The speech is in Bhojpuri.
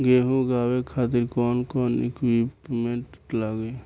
गेहूं उगावे खातिर कौन कौन इक्विप्मेंट्स लागी?